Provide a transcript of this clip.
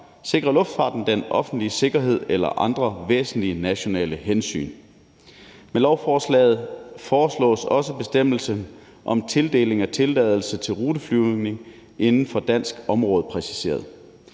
sikre luftfarten, den offentlige sikkerhed eller andre væsentlige nationale hensyn. Med lovforslaget foreslås også bestemmelsen om tildeling af tilladelse til ruteflyvning inden for dansk område præciseret.